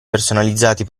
personalizzati